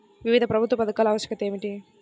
వివిధ ప్రభుత్వ పథకాల ఆవశ్యకత ఏమిటీ?